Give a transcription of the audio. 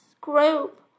group